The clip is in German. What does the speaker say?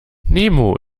nemo